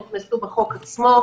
הוכנסו בחוק עצמו,